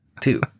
two